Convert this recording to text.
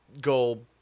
go